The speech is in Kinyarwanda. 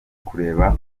kureba